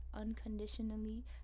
unconditionally